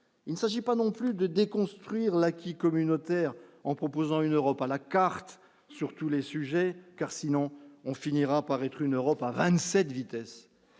il ne s'agit pas non plus de déconstruire l'acquis communautaire en proposant une Europe à la carte sur tous les sujets, car sinon on finira par être une Europe à 27 vitesses,